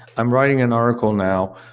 i'm writing an article now,